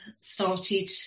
started